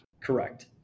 Correct